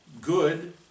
good